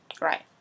right